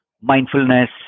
mindfulness